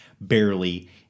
barely